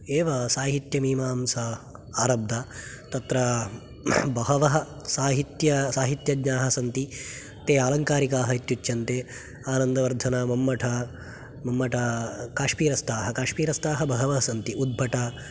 एव साहित्यमीमांसा आरब्धा तत्र बहवः साहित्य साहित्यज्ञाः सन्ति ते आलङ्कारिकाः इत्युच्यन्ते आनन्दवर्धन मम्मट मम्मटा काश्मीरस्थाः काश्मीरस्थाः बहवः सन्ति उद्भट